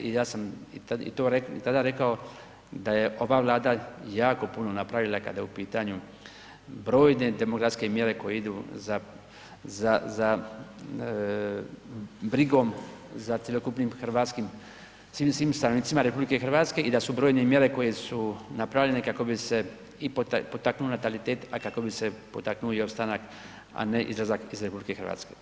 I ja sam i to i tada rekao da je ova Vlada jako puno napravila kada je u pitanju brojne demografske mjere koje idu za brigom za cjelokupnim hrvatskim, svim stanovnicima RH i da su brojne mjere koje su napravljene kako bi se i potaknuo natalitet, a kako bi se potaknuo i ostanak, a ne izlazak iz RH.